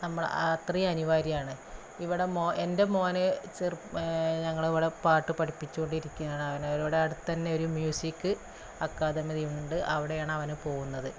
നമ്മൾ അത്രയും അനിവാര്യമാണ് ഇവിടെ മോ എന്റെ മോൻ ചെറു ഞങ്ങളിവിടെ പാട്ട് പഠിപ്പിച്ചു കൊണ്ടിരിക്കുകയാണ് അവൻ ഇവിടെ അടുത്തു തന്നെ ഒരു മ്യൂസിക്ക് അക്കാദമി ഉണ്ട് അവിടെയാണ് അവന് പോകുന്നത്